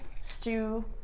stew